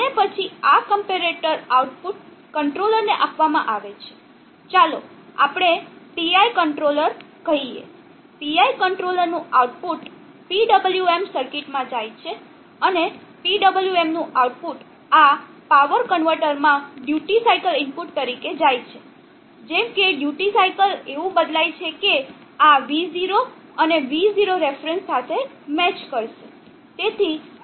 અને પછી આ કમ્પેરેટર આઉટપુટ કંટ્રોલરને આપવામાં આવે છે ચાલો આપણે PI કંટ્રોલર કહીએ PI કંટ્રોલરનું આઉટપુટ PWM સર્કિટમાં જાય છે અને PWM નું આઉટપુટ આ પાવર કન્વર્ટરમાં ડ્યુટી સાઇકલ ઇનપુટ તરીકે જાય છે જેમ કે ડ્યુટી સાઇકલ એવું બદલાય છે કે આ V0 અને V0 રેફરન્સ સાથે મેચ કરશે